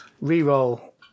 re-roll